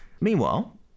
meanwhile